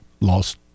lost